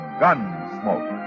Gunsmoke